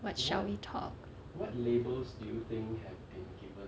what shall we talk